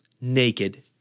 naked